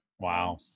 Wow